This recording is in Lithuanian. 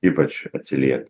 ypač atsilie